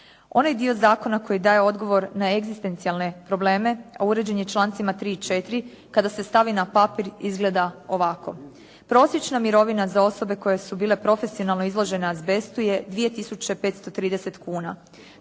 Onaj dio zakona koji daje odgovor na egzistencijalne probleme, a uređen je člancima tri i četiri kada se stavi na papir izgleda ovako. Prosječna mirovina za osobe koje su bile profesionalno izložene azbestu je 2530 kuna.